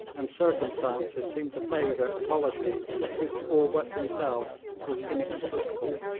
and circumstances seemed to favour a policy which to all but himself was inexplicable.